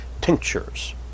tinctures